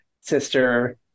sister